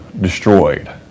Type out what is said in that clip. destroyed